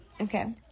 Okay